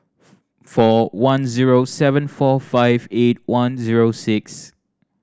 four one zero seven four five eight one zero six